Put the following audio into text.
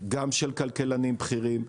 גם של כלכלנים בכירים,